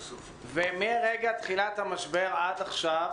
מרגע תחילת המשבר עד עכשיו